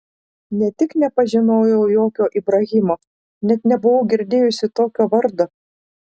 ne tik nepažinojau jokio ibrahimo net nebuvau girdėjusi tokio vardo